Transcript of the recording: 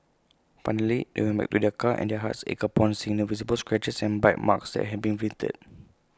finally they went back to their car and their hearts ached upon seeing the visible scratches and bite marks that had been inflicted